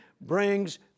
brings